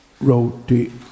Roti